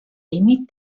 límit